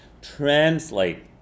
translate